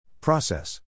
Process